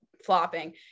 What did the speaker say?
flopping